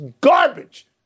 garbage